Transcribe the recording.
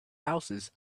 houses